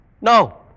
no